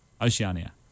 Oceania